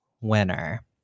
winner